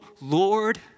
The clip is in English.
Lord